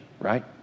right